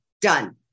Done